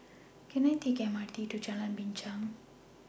Can I Take The M R T to Jalan Binchang